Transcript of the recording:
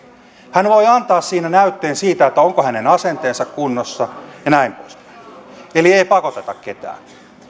hän voi antaa siinä näytteen siitä onko hänen asenteensa kunnossa ja näin poispäin eli ei pakoteta ketään